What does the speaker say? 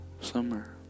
summer